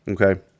Okay